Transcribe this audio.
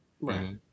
right